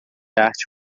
arte